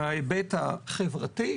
מההיבט החברתי,